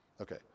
Okay